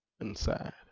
inside